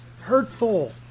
hurtful